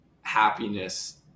happiness